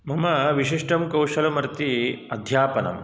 मम विषिष्टं कौषलम् अस्ति अध्यापनं